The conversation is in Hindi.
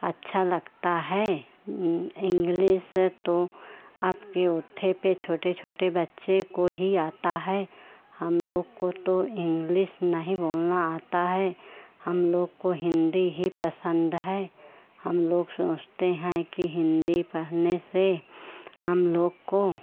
अच्छा लगता है इंग्लिस तो अबके ओथे पर छोटे छोटे बच्चे को ही आती है हम लोग को तो इंग्लिश नहीं बोलना आता है हम लोग को हिन्दी ही पसन्द है हम लोग सोचते हैं कि हिन्दी पढ़ने से हम लोग को